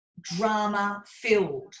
drama-filled